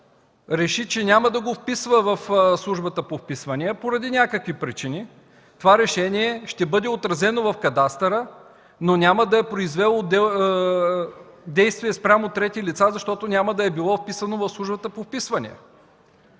реши, че няма да го вписва в Службата по вписванията поради някакви причини, това решение ще бъде отразено в кадастъра, но няма да е произвело действия спрямо трети лица, защото няма да е било вписано в Службата по вписванията.